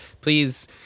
please